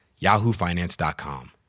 yahoofinance.com